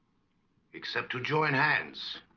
except to join hands